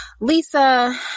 Lisa